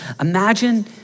Imagine